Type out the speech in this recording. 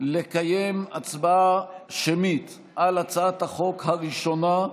לקיים הצבעה שמית על הצעת החוק הראשונה,